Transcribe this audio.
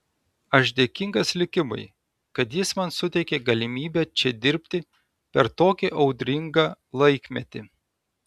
aš dėkingas likimui kad jis man suteikė galimybę čia dirbti per tokį audringą laikmetį